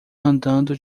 andando